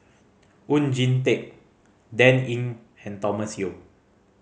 Oon Jin Teik Dan Ying and Thomas Yeo